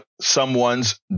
someone's